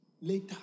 later